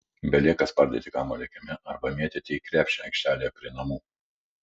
belieka spardyti kamuolį kieme arba mėtyti į krepšį aikštelėje prie namų